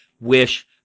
wish